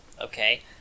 okay